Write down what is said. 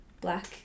black